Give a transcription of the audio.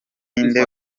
nde